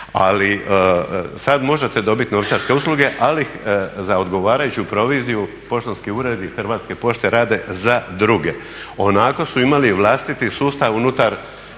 ali sada možete dobiti novčarske usluge, ali za odgovarajući proviziju poštanski uredi i Hrvatske pošte rade za druge. Onako su imali vlastiti sustav unutar